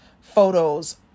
photos